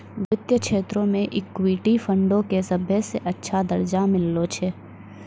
वित्तीय क्षेत्रो मे इक्विटी फंडो के सभ्भे से अच्छा दरजा मिललो छै